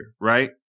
right